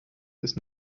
ist